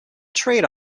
trade